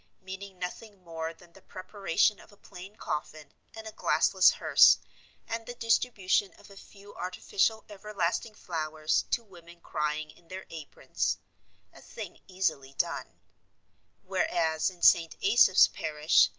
meaning nothing more than the preparation of a plain coffin and a glassless hearse and the distribution of a few artificial everlasting flowers to women crying in their aprons a thing easily done whereas in st. asaph's parish,